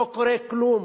לא קורה כלום,